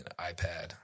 iPad